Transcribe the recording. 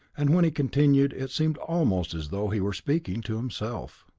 and when he continued, it seemed almost as though he were speaking to himself.